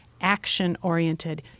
action-oriented